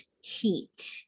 Heat